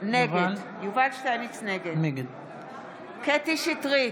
נגד קטי קטרין שטרית,